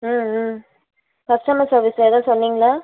ம் ம் கஸ்டமர் சர்வீஸ்சில் எதுவும் சொன்னீங்களா